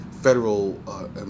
federal